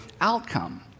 outcome